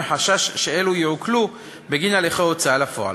מחשש שאלה יעוקלו בגין הליכי הוצאה לפועל.